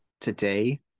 Today